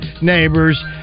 Neighbors